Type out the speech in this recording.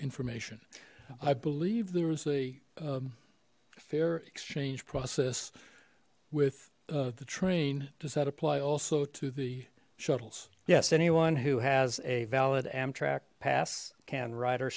information i believe there's a fair exchange process with the train does that apply also to the shuttles yes anyone who has a valid amtrak pass can ryde